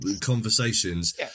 conversations